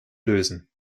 lösen